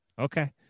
Okay